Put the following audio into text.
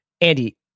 Andy